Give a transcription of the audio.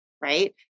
right